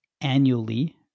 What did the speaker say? annually